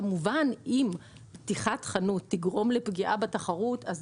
כמובן שאם פתיחת חנות תגרום לפגיעה בתחרות אז